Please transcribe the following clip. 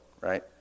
right